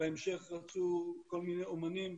בהמשך רצו כל מיני אמנים,